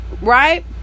right